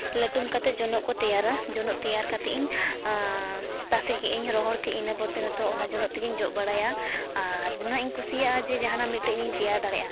ᱞᱟᱹᱴᱩᱢ ᱠᱟᱛᱮᱫ ᱡᱚᱱᱚᱜ ᱠᱚ ᱛᱮᱭᱟᱨᱟ ᱡᱚᱱᱚᱜ ᱛᱮᱭᱟᱨ ᱠᱟᱛᱮᱫ ᱤᱧ ᱛᱟᱥᱮ ᱠᱮᱫᱟᱹᱧ ᱨᱚᱦᱚᱲ ᱠᱮᱫᱟᱹᱧ ᱤᱱᱟᱹ ᱯᱚᱨᱛᱮ ᱚᱱᱟ ᱡᱚᱱᱚᱜ ᱛᱮᱜᱮᱧ ᱡᱚᱜ ᱵᱟᱲᱟᱭᱟ ᱟᱨ ᱩᱱᱟᱹᱜ ᱤᱧ ᱠᱩᱥᱤᱭᱟᱜᱼᱟ ᱡᱮ ᱡᱟᱦᱟᱱᱟᱜ ᱢᱤᱫᱴᱤᱡ ᱤᱧ ᱛᱮᱭᱟᱨ ᱫᱟᱲᱮᱭᱟᱜᱼᱟ